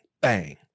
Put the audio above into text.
bang